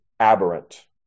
Aberrant